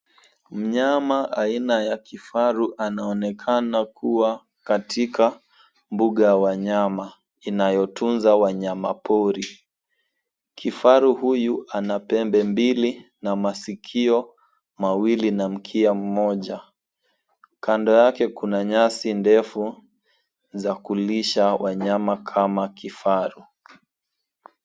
Mnyama aina ya kifaru anaonekana kuwa katika mbuga ya wanyama inayotunza wanyamapori. Kifaru huyu ana pembe mbili na maskio mawili na mkia mmoja. Kando yake kuna nyasi ndefu za kulisha wanyama kama kifaru.